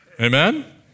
Amen